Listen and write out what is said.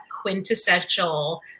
quintessential